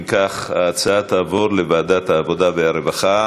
אם כך, ההצעה תעבור לוועדת העבודה והרווחה.